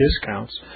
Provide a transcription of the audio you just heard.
discounts